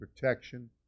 protection